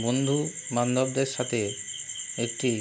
বন্ধু বান্ধবদের সাথে একটি